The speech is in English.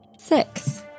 Six